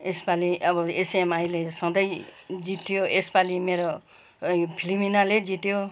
एसपालि अब एसयुएमआईले सधैँ जित्थ्यो यसपालि मेरो फिलोमिनाले जित्यो